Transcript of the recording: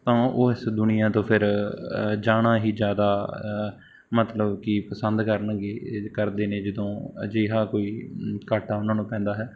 ਤਾਂ ਉਸ ਦੁਨੀਆ ਤੋਂ ਫਿਰ ਜਾਣਾ ਹੀ ਜ਼ਿਆਦਾ ਮਤਲਬ ਕਿ ਪਸੰਦ ਕਰਨਗੇ ਕਰਦੇ ਨੇ ਜਦੋਂ ਅਜਿਹਾ ਕੋਈ ਘਾਟਾ ਉਹਨਾਂ ਨੂੰ ਪੈਂਦਾ ਹੈ